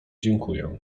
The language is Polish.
dziękuję